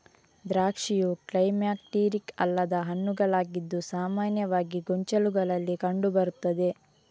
ದ್ರಾಕ್ಷಿಯು ಕ್ಲೈಮ್ಯಾಕ್ಟೀರಿಕ್ ಅಲ್ಲದ ಹಣ್ಣುಗಳಾಗಿದ್ದು ಸಾಮಾನ್ಯವಾಗಿ ಗೊಂಚಲುಗಳಲ್ಲಿ ಕಂಡು ಬರುತ್ತದೆ